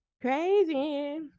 crazy